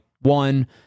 one